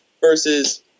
versus